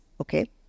Okay